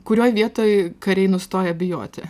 kurioj vietoj kariai nustoja bijoti